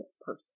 person